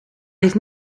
ligt